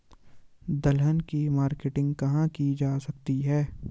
दलहन की मार्केटिंग कहाँ की जा सकती है?